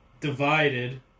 Divided